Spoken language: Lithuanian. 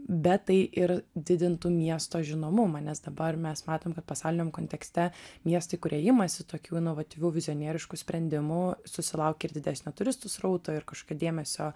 bet tai ir didintų miesto žinomumą nes dabar mes matom kad pasauliniam kontekste miestai kurie imasi tokių inovatyvių vizionieriškų sprendimų susilaukia ir didesnio turistų srauto ir kažkokio dėmesio